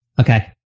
Okay